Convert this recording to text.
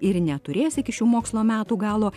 ir neturės iki šių mokslo metų galo